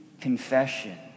confession